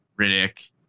Riddick